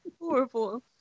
horrible